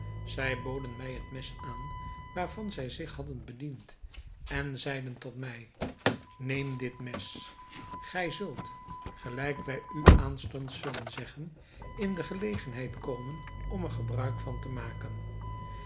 zij boden mij het mes aan waarvan zij zich hadden bediend en zeiden tot mij neem dit mes gij zult gelijk wij u aanstonds zullen zeggen in de gelegenheid komen om er gebruik van te maken